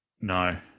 no